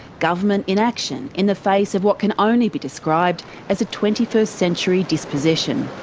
government inaction in the face of what can only be described as a twenty first century dispossession.